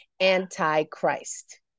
Antichrist